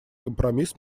компромисс